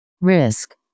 Risk